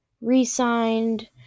re-signed